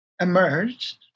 emerged